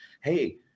hey